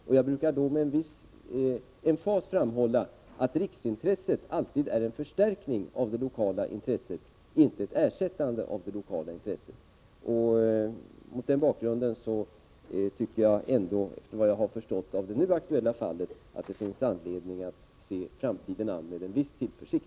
Med viss emfas brukar jag då framhålla att riksintresset alltid är en förstärkning av det lokala intresset, inte ett ersättande av det lokala intresset. Mot den bakgrunden tycker jag, efter vad jag har förstått av det nu aktuella fallet, att det finns anledning att se framtiden an med viss tillförsikt.